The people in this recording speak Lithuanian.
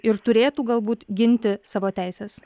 ir turėtų galbūt ginti savo teises